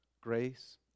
grace